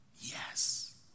Yes